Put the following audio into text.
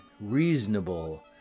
reasonable